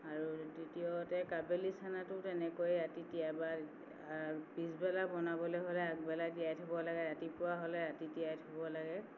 আৰু তৃতীয়তে কাবেলি চানাটো তেনেকৈ ৰাতি তিয়াবা আৰু পিছবেলা বনাবলৈ হ'লে আগবেলা তিয়াই থ'ব লাগে ৰাতিপুৱা হ'লে ৰাতি তিয়াই থ'ব লাগে